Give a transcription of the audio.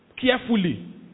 carefully